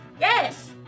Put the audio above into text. Yes